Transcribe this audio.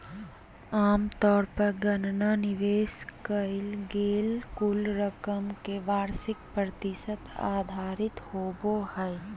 आमतौर पर गणना निवेश कइल गेल कुल रकम के वार्षिक प्रतिशत आधारित होबो हइ